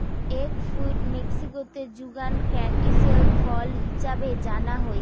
egg fruit মেক্সিকোতে যুগান ক্যান্টিসেল ফল হিছাবে জানা হই